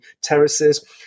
terraces